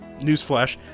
Newsflash